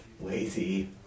lazy